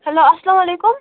hello اَسَلام علیکُم